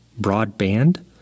Broadband